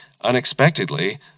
Unexpectedly